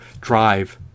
drive